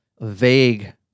Vague